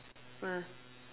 ah